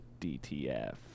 DTF